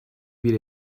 bir